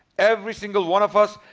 every single one of us,